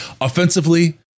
offensively